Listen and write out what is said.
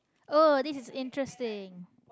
oh this is interesting